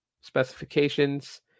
specifications